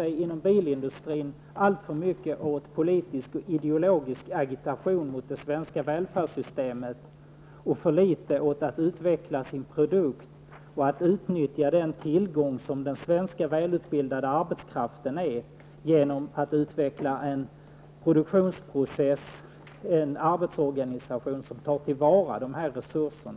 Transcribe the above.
inom bilindustrin har ägnat sig alltför mycket åt politisk och ideologisk agitation mot det svenska välfärdssystemet och alltför litet åt att utveckla sin produkt och att utnyttja den tillgång som den välutbildade svenska arbetskraften är genom att utveckla en produktionsprocess och en arbetsorganisation som tar till vara de resurserna.